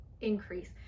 increase